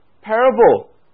parable